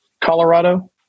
Colorado